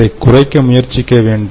அதைக் குறைக்க முயற்சிக்க வேண்டும்